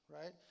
right